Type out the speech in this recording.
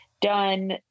done